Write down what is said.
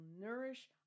nourish